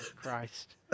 Christ